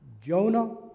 Jonah